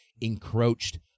encroached